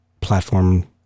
platform